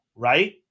right